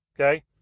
okay